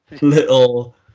Little